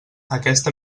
aquesta